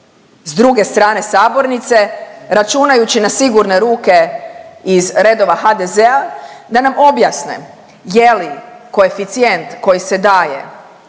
s druge strane sabornice računajući na sigurne ruke iz redova HDZ-a da nam objasne je li koeficijent koji se daje